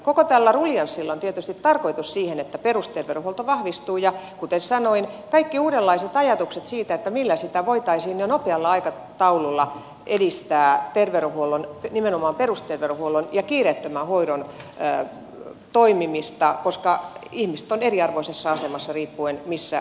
koko tällä ruljanssilla on tietysti se tarkoitus että perusterveydenhuolto vahvistuu ja kuten sanoin kaikki uudenlaiset ajatukset siitä millä voitaisiin jo nopealla aikataululla edistää terveydenhuollon nimenomaan perusterveydenhuollon ja kiireettömän hoidon toimimista ovat tervetulleita koska ihmiset ovat eriarvoisessa asemassa riippuen siitä missä terveyskeskusalueella asuvat